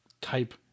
type